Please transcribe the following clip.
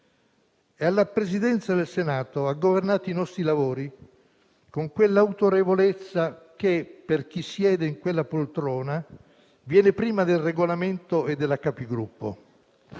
e, alla Presidenza del Senato, ha governato i nostri lavori con quell'autorevolezza che, per chi siede su quella poltrona, viene prima del Regolamento e della